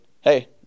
Hey